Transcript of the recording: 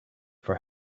for